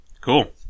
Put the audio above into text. Cool